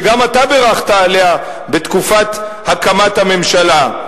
שגם אתה בירכת עליה בתקופת הקמת הממשלה,